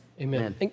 Amen